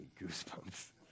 goosebumps